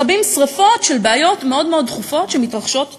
מכבים שרפות של בעיות מאוד מאוד דחופות שמתרחשות כרגע.